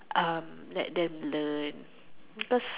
um let them learn because